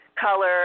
color